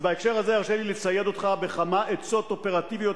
אז בהקשר הזה הרשה לי לצייד אותך בכמה עצות אופרטיביות,